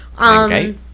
Okay